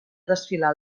desfilar